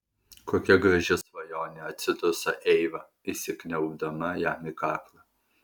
kokia graži svajonė atsiduso eiva įsikniaubdama jam į kaklą